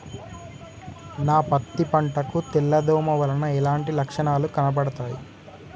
నా పత్తి పంట కు తెల్ల దోమ వలన ఎలాంటి లక్షణాలు కనబడుతాయి?